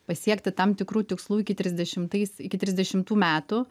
pasiekti tam tikrų tikslų iki trisdešimtais iki trisdešimtų metų